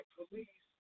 police